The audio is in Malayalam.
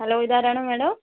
ഹലോ ഇതാരാണ് മാഡം